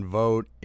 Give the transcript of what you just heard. vote